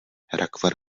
rakvar